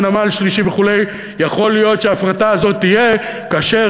ונמל שלישי וכו' יכול להיות שההפרטה הזאת תהיה כאשר